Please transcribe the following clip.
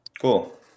Cool